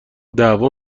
دعوا